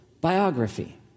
biography